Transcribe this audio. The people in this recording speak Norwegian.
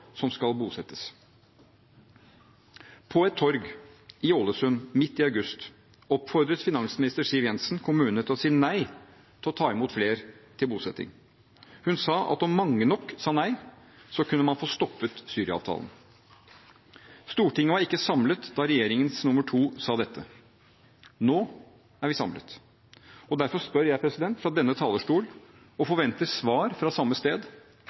som skal bosettes. På et torg i Ålesund midt i august oppfordret finansminister Siv Jensen kommunene til å si nei til å ta imot flere til bosetting. Hun sa at om mange nok sa nei, kunne man få stoppet Syria-avtalen. Stortinget var ikke samlet da regjeringens nummer 2 sa dette. Nå er vi samlet. Derfor spør jeg fra denne talerstol og forventer svar fra samme sted: